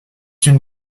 une